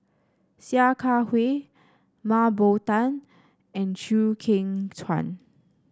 Sia Kah Hui Mah Bow Tan and Chew Kheng Chuan